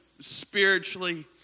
spiritually